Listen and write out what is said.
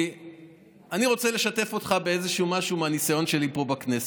אני רוצה לשתף אותך במשהו מהניסיון שלי פה בכנסת.